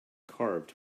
carved